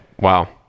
Wow